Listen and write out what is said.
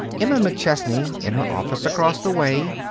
emma mcchesney, in her office across the way,